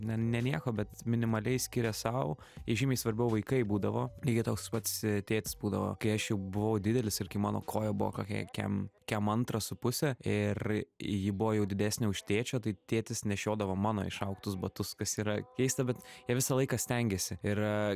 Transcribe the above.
ne ne nieko bet minimaliai skiria sau žymiai svarbiau vaikai būdavo lygiai toks pats tėtis būdavo kai aš jau buvau didelis ir kai mano koja buvo kokia kem kem antra su puse ir ji buvo jau didesnė už tėčio tai tėtis nešiodavo mano išaugtus batus kas yra keista bet jie visą laiką stengėsi ir